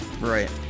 right